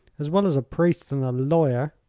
as well as a priest and a lawyer.